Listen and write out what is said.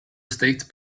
state